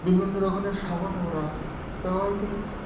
বিভিন্ন রকমের সাবান আমরা ব্যবহার করে থাকি